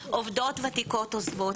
עובדות ותיקות עוזבות,